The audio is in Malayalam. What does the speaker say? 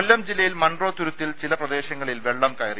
കൊല്ലം ജില്ലയിൽ മൺറോതുരുത്തിൽ ചില പ്രദേശങ്ങളിൽ വെള്ളം കയറി